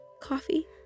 coffee